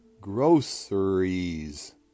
groceries